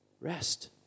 rest